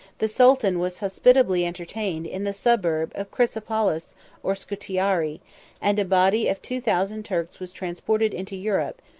the sultan was hospitably entertained in the suburb of chrysopolis or scutari and a body of two thousand turks was transported into europe,